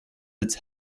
its